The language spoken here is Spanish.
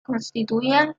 constituían